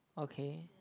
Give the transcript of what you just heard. okay